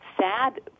sad